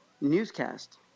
newscast